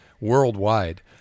worldwide